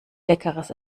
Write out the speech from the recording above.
leckeres